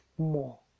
more